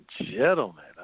gentlemen